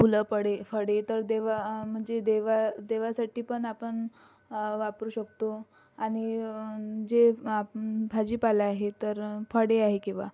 फुलं फळे फळे तर देवा म्हणजे देवा देवासाठी पण आपण वापरु शकतो आणि जे भाजीपाला आहेत तर फळे आहे किंवा